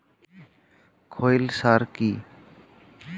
খৈল সার কি?